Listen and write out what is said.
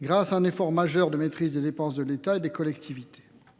grâce à un effort majeur de maîtrise des dépenses de l'État et des collectivités.